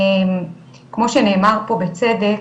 כמו שנאמר פה בצדק,